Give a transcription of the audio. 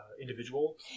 individual